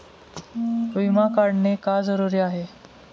विमा काढणे का जरुरी आहे?